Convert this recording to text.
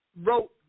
wrote